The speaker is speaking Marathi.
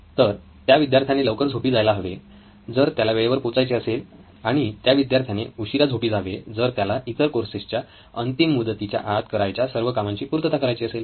तर त्या विद्यार्थ्याने लवकर झोपी जायला हवे जर त्याला वेळेवर पोचायचे असेल आणि त्या विद्यार्थ्याने उशिरा झोपावे जर त्याला इतर कोर्सेसच्या अंतिम मुदतीच्या आत करायच्या सर्व कामांची पूर्तता करायची असेल